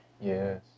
Yes